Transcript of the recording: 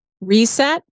reset